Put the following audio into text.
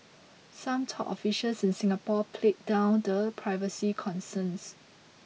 some top officials in Singapore played down the privacy concerns